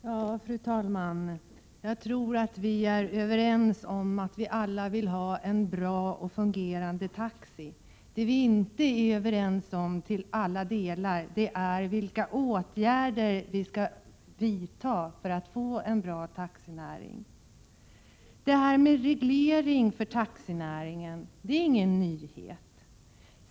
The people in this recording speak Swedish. Fru talman! Jag tror att vi alla är överens om att vilja ha en bra och fungerande taxiverksamhet. Vad vi inte till alla delar blivit överens om är vilka åtgärder vi skall vidta för att få en bra taxinäring. Det här med reglering av taxinäringen är ingen nyhet.